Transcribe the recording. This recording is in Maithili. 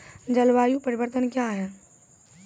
जलवायु परिवर्तन कया हैं?